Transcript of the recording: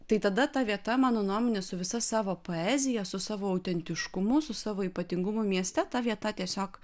tai tada ta vieta mano nuomone su visa savo poezija su savo autentiškumu su savo ypatingumu mieste ta vieta tiesiog